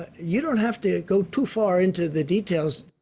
you don't have to go too far into the details.